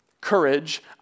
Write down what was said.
courage